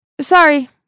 Sorry